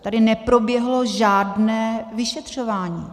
Tady neproběhlo žádné vyšetřování.